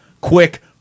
quick